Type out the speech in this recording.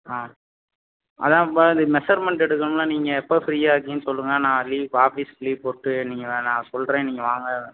ஆ அதான்பா இது மெஷர்மென்ட் எடுக்கனம்னா நீங்கள் எப்போ ஃப்ரீயாக இருக்கீங்கன்னு சொல்லுங்கள் நான் லீவ் ஆபீஸ்க்கு லீவ் போட்டு நீங்கள் நான் சொல்கிறேன் நீங்கள் வாங்க